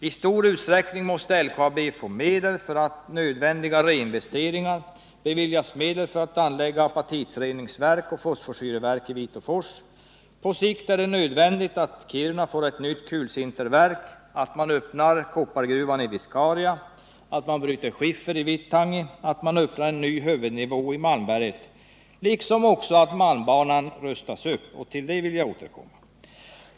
I stor utsträckning måste LKAB få medel för nödvändiga reinvesteringar, beviljas medel för att anlägga apatitreningsverk och fosforsyreverk i Vitåfors, på sikt är det nödvändigt att Kiruna får ett nytt kulsinterverk, att öppna koppargruvan i Viscaria, bryta skiffer i Vittangi och öppna en ny huvudnivå i Malmberget liksom också att malmbanan rustas upp. Till det senare skall jag återkomma.